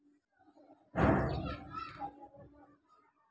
खरपतवार नाशक organic hybrid की मात्रा सोयाबीन में कितनी कर सकते हैं?